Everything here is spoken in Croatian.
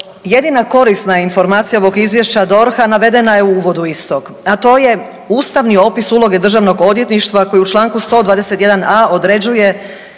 jedina korisna informacija ovog izvješća DORH-a navedena je u uvodu istog, a to je ustavni opis uloge državnog odvjetništva koji u čl. 121.a. određuje